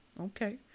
okay